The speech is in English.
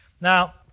Now